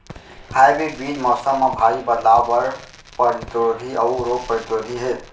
hybrid बीज मौसम मा भारी बदलाव बर परतिरोधी अऊ रोग परतिरोधी हे